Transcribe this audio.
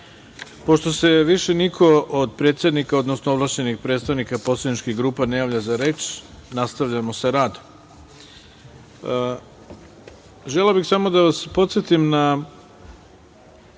se više niko od predsednika odnosno ovlašćenih predstavnika poslaničkih grupa ne javlja za reč, nastavljamo sa radom. Želeo bih samo da vas podsetim na